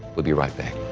we'll be right back.